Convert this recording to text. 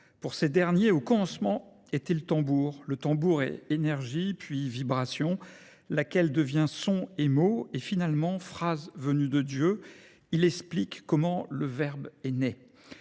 Pour ces derniers, au cancement, est-il tambour ? Le tambour est énergie, puis vibration, laquelle devient son émot, et finalement, phrase venue de Dieu, il explique comment le Verbe est né.